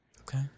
Okay